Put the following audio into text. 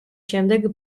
შემდეგ